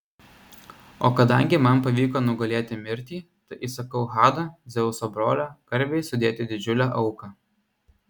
o kadangi man pavyko nugalėti mirtį tai įsakau hado dzeuso brolio garbei sudėti didžiulę auką